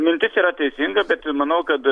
mintis yra teisinga bet manau kad